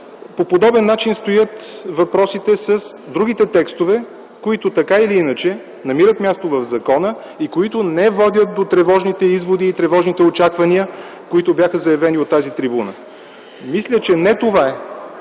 по подобен начин стоят въпросите с другите текстове, които така или иначе намират място в закона и които не водят до тревожните изводи и тревожните очаквания, които бяха заявени от тази трибуна. (Реплика от